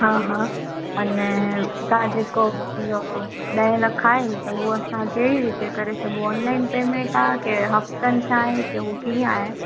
हा हा अने तव्हां जेको इहो ॾह लख आहिनि त उहो असांखे जेकरे ऑनलाईन पेमेंट आहे की हफ़्तन सां आहे की उहा कीअं आहे